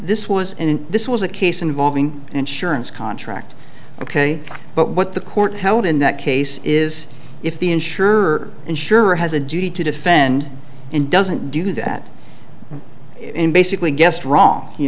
this was and this was a case involving insurance contract ok but what the court held in that case is if the insure insurer has a duty to defend and doesn't do that and basically guessed wrong you